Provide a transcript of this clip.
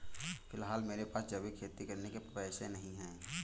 फिलहाल मेरे पास जैविक खेती करने के पैसे नहीं हैं